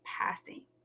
Passing